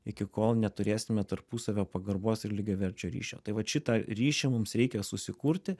iki kol neturėsime tarpusavio pagarbos ir lygiaverčio ryšio tai vat šitą ryšį mums reikia susikurti